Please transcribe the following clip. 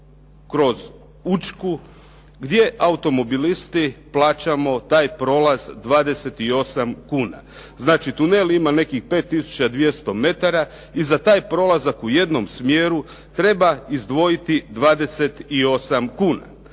kroz Učku gdje automobilisti plaćamo taj prolaz 28 kuna. Znači, tunel ima nekih 5200 metara i za taj prolazak u jednom smjeru treba izdvojiti 28 kuna.